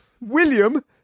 William